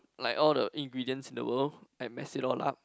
like all the ingredients in the world I mess it all up